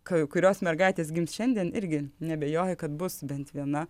k kurios mergaitės gims šiandien irgi neabejoju kad bus bent viena